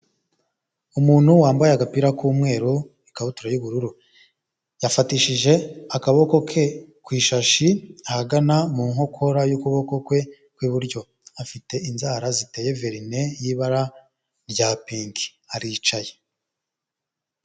Umuntu wambaye agapira k'umweru ikabutura y'ubururu, yafatishije akaboko ke ku ishashi ahagana mu nkokora y'ukuboko kwe kw'iburyo, afite inzara ziteye verine y'ibara rya pinki aricaye.